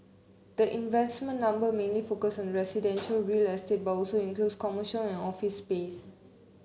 the investment number mainly focuses on residential real estate but also includes commercial and office space